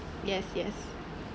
yes yes